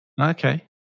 Okay